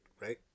right